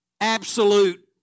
Absolute